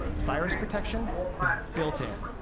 virus protection is built in.